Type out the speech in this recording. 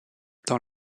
dans